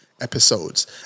episodes